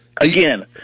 Again